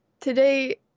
today